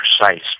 precise